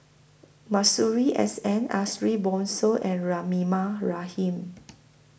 Masuri S N Ariff Bongso and Rahimah Rahim